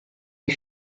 des